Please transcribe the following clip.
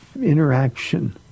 interaction